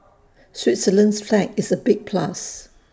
Switzerland's flag is A big plus